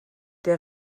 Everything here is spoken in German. der